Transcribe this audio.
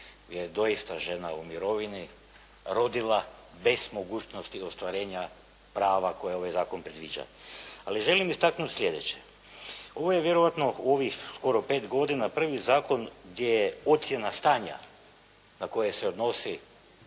je doista žena i mirovini rodila bez mogućnosti ostvarenja prava koja ovaj zakon predviđa. Ali želim istaknuti sljedeće. Ovo je vjerojatno u ovih skoro 5 godina prvi zakon gdje je ocjena stanja na koje se odnosi